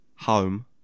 Home